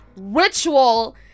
ritual